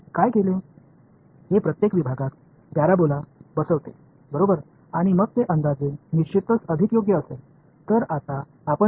இது ஒவ்வொரு பிரிவிற்கும் இடையில் ஒரு பரபோலாவை பொருந்துகிறது பின்னர் அந்த தோராயமானது நிச்சயமாக சரியானதாக இருக்கும்